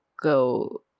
go